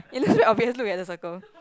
isn't it obvious look at the circle